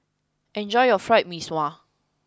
enjoy your fried mee sua